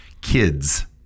kids